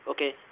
Okay